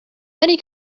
many